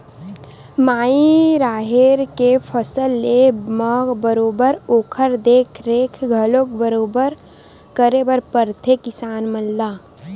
माई राहेर के फसल लेय म बरोबर ओखर देख रेख घलोक बरोबर करे बर परथे किसान मन ला